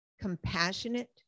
compassionate